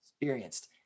experienced